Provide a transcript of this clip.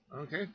okay